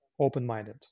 open-minded